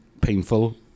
painful